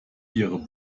ihre